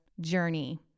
journey